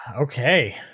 Okay